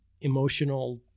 emotional